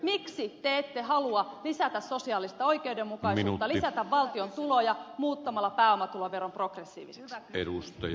miksi te ette halua lisätä sosiaalista oikeudenmukaisuutta lisätä valtion tuloja muuttamalla pääomatuloveron progressiiviseksi